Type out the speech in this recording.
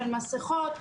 של מסכות,